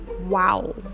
wow